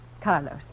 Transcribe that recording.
Carlos